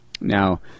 Now